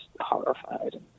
horrified